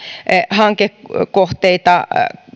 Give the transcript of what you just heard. hankekohteita